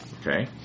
Okay